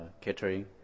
Catering